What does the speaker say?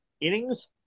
innings